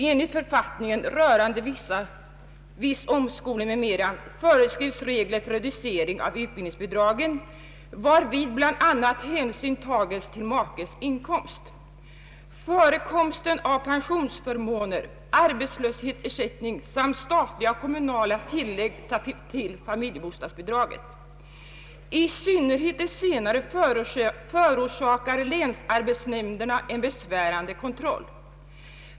Enligt författningen rörande viss omskolning m.m. föreskrivs nu regler för reducering av utbildningsbidragen, varvid bl.a. hänsyn tages till makes inkomst, förekomsten av pensionsförmåner, arbetslöshetsersättning samt statliga och kommunala tillägg till familjebostadsbidraget. I synnerhet det senare förorsakar länsarbetsnämnderna en besvärande kontroll.